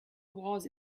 was